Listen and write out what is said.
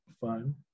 fun